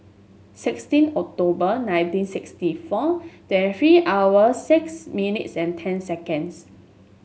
sixteen October nineteen sixty four twenty three hour six minutes and ten seconds